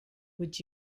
would